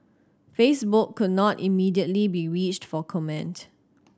Facebook could not immediately be reached for comment